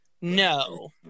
No